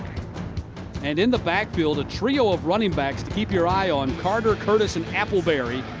and in the back field, trio of running backs, keep your eye on, carter, curtis, and apple barry,